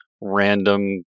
random